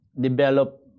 develop